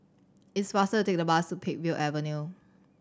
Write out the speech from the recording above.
it's faster to take the bus to Peakville Avenue